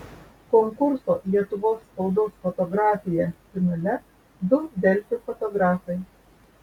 konkurso lietuvos spaudos fotografija finale du delfi fotografai